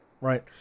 right